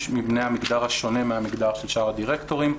מבני המגדר השונה מהמגדר של שאר הדירקטורים.